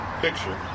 picture